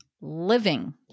living